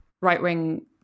right-wing